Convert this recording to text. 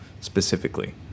specifically